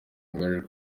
merrimack